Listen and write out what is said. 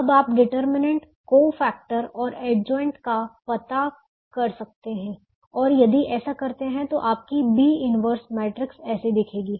अब आप determinant cofactor और एडज्वाइंट का पता कर सकते हैं और यदि ऐसा करते हैं तो आपकी B 1 मैट्रिक्स ऐसी दिखेगी